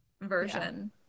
version